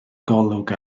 golwg